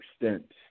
extent